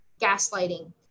gaslighting